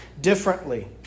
differently